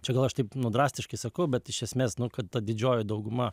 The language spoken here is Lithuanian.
čia gal aš taip nu drastiškai sakau bet iš esmės nu kad ta didžioji dauguma